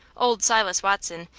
old silas watson,